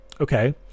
okay